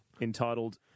entitled